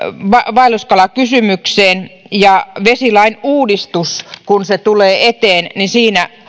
vaelluskalakysymykseen ja vesilain uudistuksessa kun se tulee eteen